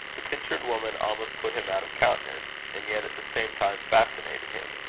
the pictured woman almost put him out of countenance, and yet at the same time fascinated him.